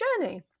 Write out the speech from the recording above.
journey